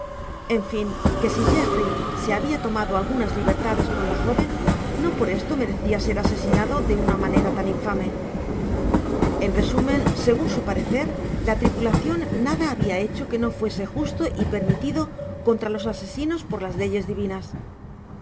en fin que si jeffry se habia tomado algunas libertades con la jóven no por esto merecia ser asesinado de una manera tan infame en resumen segun su parecer la tripulacion nada habia hecho que no fuese justo y permitido contra los asesinos por las leyes divinas